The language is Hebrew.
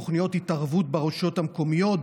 תוכניות התערבות ברשויות מקומיות,